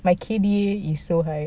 my K_D_A is so high